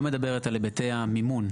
הוא לא מדבר על היבטי המימון,